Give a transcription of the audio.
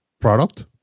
product